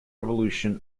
revolution